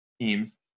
teams